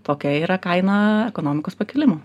tokia yra kaina ekonomikos pakilimo